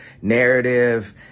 narrative